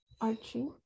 Archie